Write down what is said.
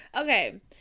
Okay